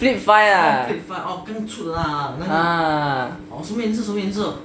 flip five lah ah